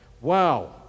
Wow